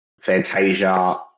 Fantasia